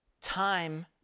time